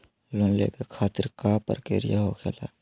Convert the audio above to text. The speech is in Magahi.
लोन लेवे खातिर का का प्रक्रिया होखेला?